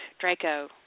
Draco